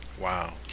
wow